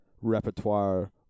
repertoire